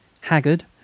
haggard